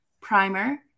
primer